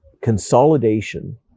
consolidation